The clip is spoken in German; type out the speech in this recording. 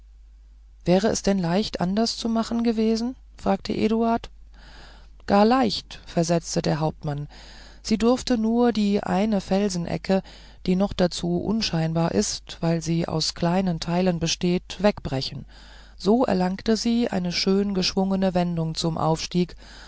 wäre es denn leicht anders zu machen gewesen fragte eduard gar leicht versetzte der hauptmann sie durfte nur die eine felsenecke die noch dazu unscheinbar ist weil sie aus kleinen teilen besteht wegbrechen so erlangte sie eine schön geschwungene wendung zum aufstieg